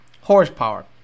horsepower